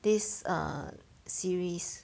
this ah series